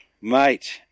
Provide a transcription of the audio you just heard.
Mate